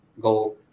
Go